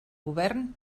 govern